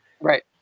Right